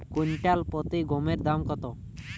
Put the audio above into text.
Quintal প্রতি গমের দাম কত?